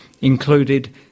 included